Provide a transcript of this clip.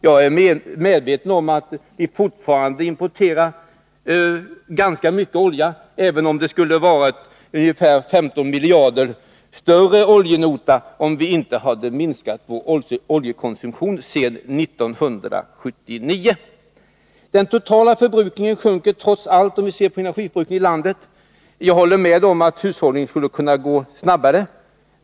Jag är medveten om att vi fortfarande importerar ganska mycket olja, även om oljenotan skulle ha uppgått till ungefär 15 miljarder mer, om vi inte hade minskat vår oljekonsumtion sedan 1979. Den totala förbrukningen sjunker trots allt, om vi ser på energiförbrukningen i landet. Jag håller med om att hushållningen skulle kunna förbättras snabbare.